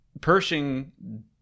pershing